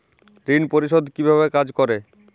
ঋণ পরিশোধ কিভাবে কাজ করে?